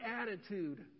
attitude